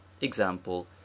Example